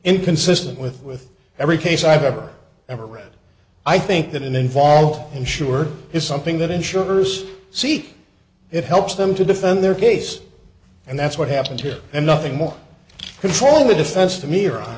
inconsistent with with every case i've ever ever read i think that involved insured is something that insurers seek it helps them to defend their case and that's what happened here and nothing more controlling the defense to m